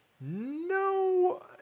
no